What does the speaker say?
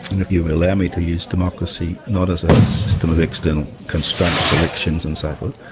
and if you will allow me to use democracy not as a system of external constraints, elections and so forth,